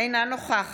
אינה נוכח